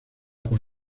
con